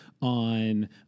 on